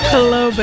Hello